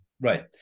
Right